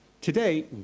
Today